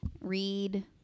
read